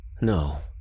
no